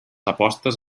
apostes